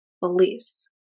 beliefs